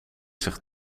zich